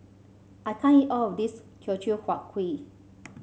I can't eat all of this Teochew Huat Kuih